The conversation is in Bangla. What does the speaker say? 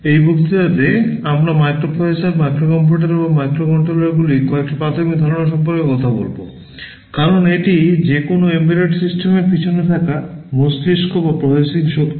এই বক্তৃতাতে আমরা মাইক্রোপ্রসেসর কয়েকটি প্রাথমিক ধারণা সম্পর্কে কথা বলব কারণ এটি যে কোনও এম্বেডেড সিস্টেমের পিছনে থাকা মস্তিষ্ক বা প্রসেসিং শক্তি